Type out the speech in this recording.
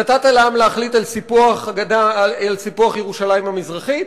נתת לעם להחליט על סיפוח ירושלים המזרחית?